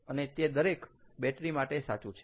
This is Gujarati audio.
અને તે દરેક બેટરી માટે સાચું છે